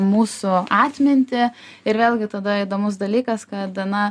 mūsų atmintį ir vėlgi tada įdomus dalykas kad na